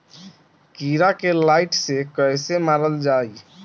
कीड़ा के लाइट से कैसे मारल जाई?